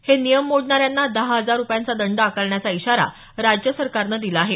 हे नियम मोडणाऱ्यांना दहा हजार रुपयांचा दंड आकारण्याचा इशारा राज्य सरकारनं दिला आहे